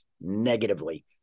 negatively